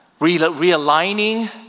realigning